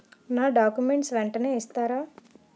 నా డాక్యుమెంట్స్ వెంటనే ఇస్తారా?